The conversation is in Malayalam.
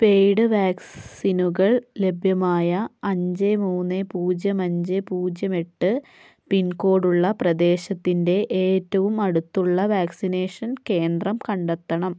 പെയ്ഡ് വാക്സിനുകൾ ലഭ്യമായ അഞ്ച് മൂന്ന് പൂജ്യം അഞ്ച് പൂജ്യം എട്ട് പിൻകോഡുള്ള പ്രദേശത്തിൻ്റെ ഏറ്റവും അടുത്തുള്ള വാക്സിനേഷൻ കേന്ദ്രം കണ്ടെത്തണം